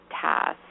tasks